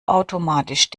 automatisch